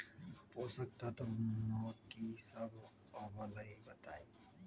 पोषक तत्व म की सब आबलई बताई?